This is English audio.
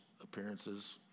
appearances